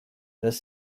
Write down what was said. das